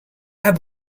have